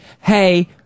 hey